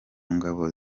ngabo